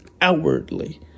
outwardly